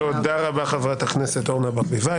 תודה רבה, חברת הכנסת אורנה ברביבאי.